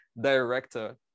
director